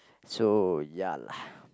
so ya lah